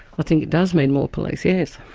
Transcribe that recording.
i think it does mean more police, yes.